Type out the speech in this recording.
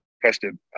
question